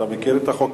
אתה מכיר את החוק.